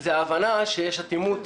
אלא ההבנה שיש אטימות